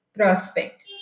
prospect